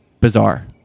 bizarre